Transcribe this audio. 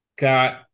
Got